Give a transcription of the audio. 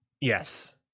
Yes